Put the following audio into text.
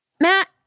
Matt